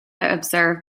observe